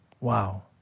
Wow